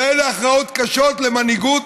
ואלה הכרעות קשות למנהיגות,